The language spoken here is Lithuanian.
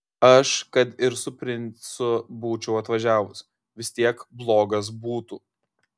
aš kad ir su princu būčiau atvažiavus vis tiek blogas būtų